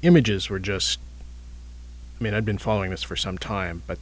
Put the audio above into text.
images were just i mean i've been following this for some time but